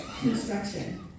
construction